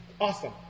awesome